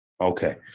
Okay